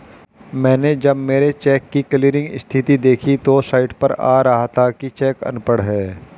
मैनें जब मेरे चेक की क्लियरिंग स्थिति देखी तो साइट पर आ रहा था कि चेक अनपढ़ है